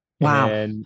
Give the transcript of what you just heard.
Wow